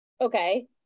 okay